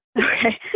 Okay